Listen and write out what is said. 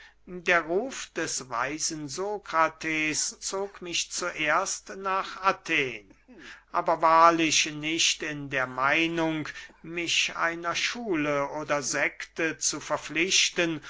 der ruf des weisen sokrates zog mich zuerst nach athen aber wahrlich nicht in der meinung mich einer schule oder sekte zu verpflichten